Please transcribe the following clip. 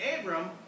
Abram